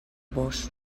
vós